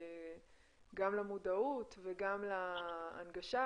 גם למודעות וגם להנגשה,